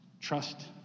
trust